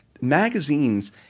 magazines